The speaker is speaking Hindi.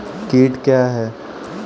कीट क्या है?